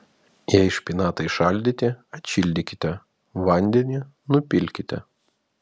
jei špinatai šaldyti atšildykite vandenį nupilkite